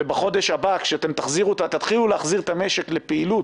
ובחודש הבא כשתתחילו להחזיר את המשק לפעילות